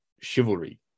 chivalry